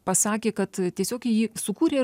pasakė kad tiesiog jį sukūrė